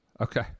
Okay